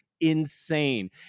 insane